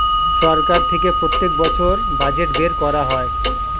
সরকার থেকে প্রত্যেক বছর বাজেট বের করা হয়